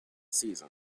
season